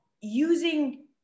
using